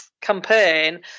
campaign